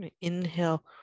Inhale